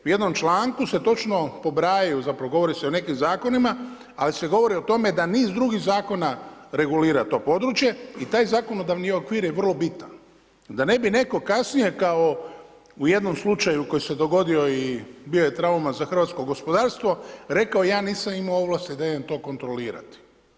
U jednom članku se točno pobrajaju, zapravo govori se o nekim zakonima ali se radi o tome da niz drugih zakona regulira to područje i taj zakonodavni okvir je vrlo bitan da ne bi netko kasnije kao u jednom slučaju koji se dogodio i bio je trauma za hrvatsko gospodarstvo rekao ja nisam imao ovlasti da idem to kontrolirati.